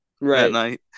Right